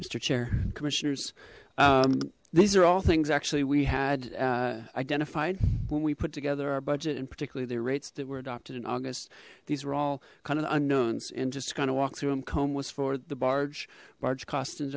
mister chair commissioners these are all things actually we had identified when we put together our budget and particularly their rates that were adopted in august these were all kind of unknowns and just kind of walk through them comb was for the barge barge cost